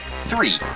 three